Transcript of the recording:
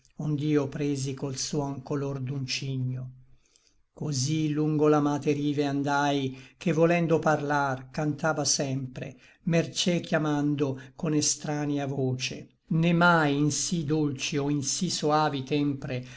maligno ond'io presi col suon color d'un cigno cosí lungo l'amate rive andai che volendo parlar cantava sempre mercé chiamando con estrania voce né mai in sí dolci o in sí soavi tempre